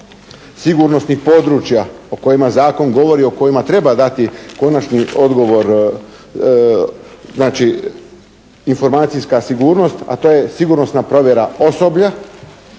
sigurnosnih područja o kojima zakon govori o kojima treba dati konačni odgovor znači informacijska sigurnost a to je sigurnosna provjera osoblja,